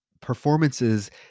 performances